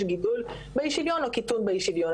גידול באי שוויון או קיטון באי שוויון,